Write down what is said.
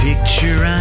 Picture